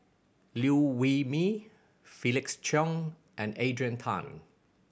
Liew Wee Mee Felix Cheong and Adrian Tan